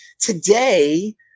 Today